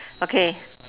okay